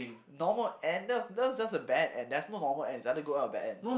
normal end that was that was just a bad end there is no normal end it's either good end or bad end